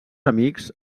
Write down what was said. amics